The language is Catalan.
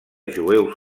jueus